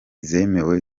zimwe